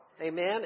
amen